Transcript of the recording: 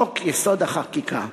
חוק-יסוד: החקיקה.